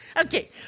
okay